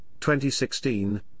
2016